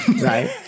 right